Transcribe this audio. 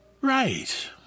Right